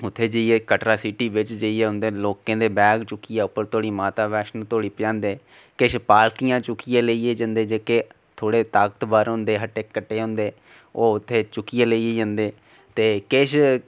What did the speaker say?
इत्थै जेइयै कटरै सीटी बिच लोकें दे बैग चुक्कियै उप्पर धोड़ी माता बैश्नों धोड़ी पजांदे किश पालकियां चुक्कियै लेह्इयै जंदे किश थोह्ड़े ताकतवर होंदे हट्टे कट्टे होंदे ओह् उत्थै चुक्कियै लेइयै जंदे ते किश